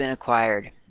acquired